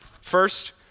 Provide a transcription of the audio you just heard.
First